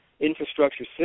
infrastructure